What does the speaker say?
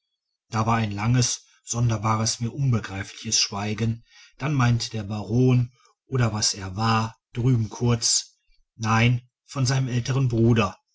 da war ein langes sonderbares mir unbegreifliches schweigen dann meinte der baron oder was er war drüben kurz nein von seinem älteren bruder